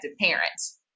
parents